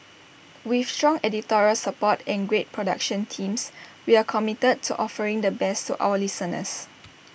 with strong editorial support and great production teams we are committed to offering the best to our listeners